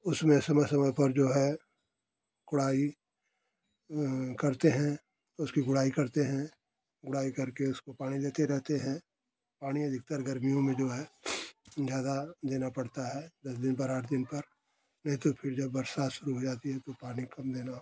उसमें समय समय जो है गुड़ाई करते हैं उसमें गुड़ाई करते है गुड़ाई करके उसको पानी देते रहते हैं पानी अधिकतर गर्मियों में जो है ज़्यादा देना पड़ता है दस दिन पर आठ दिन पर नहीं तो फिर जब बरसात शुरू हो जाती है तो पानी कम देना होता है